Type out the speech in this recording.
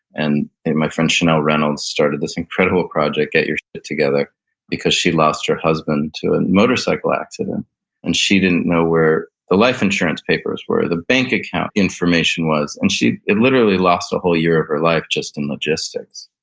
and my friend shanelle reynolds started this incredible project, get your shit together because she lost her husband to a motorcycle accident and she didn't know where the life insurance papers were or the bank account information was, and she literally lost a whole year of her life just in logistics.